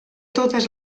totes